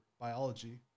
biology